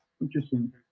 Interesting